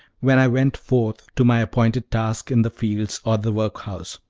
when i went forth to my appointed task in the fields or the workhouse,